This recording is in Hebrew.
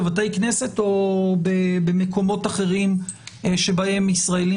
בבתי כנסת או במקומות אחרים שבהם ישראלים